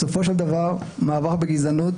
בסופו של דבר המאבק בגזענות